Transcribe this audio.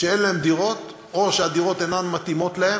שאין להם דירות או שהדירות אינן מתאימות להן,